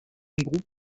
group